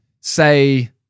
Say